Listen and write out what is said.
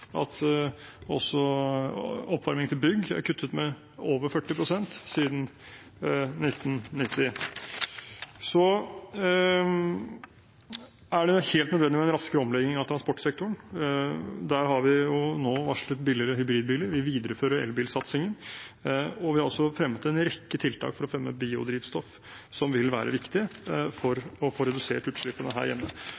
Også oppvarming til bygg er kuttet med over 40 pst. siden 1990. Det er helt nødvendig med en raskere omlegging av transportsektoren. Der har vi nå varslet billigere hybridbiler, vi viderefører elbilsatsingen, og vi har også fremmet en rekke tiltak for å fremme biodrivstoff, som vil være viktig for å få redusert utslippene her hjemme.